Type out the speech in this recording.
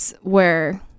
where-